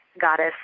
goddess